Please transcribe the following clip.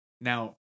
Now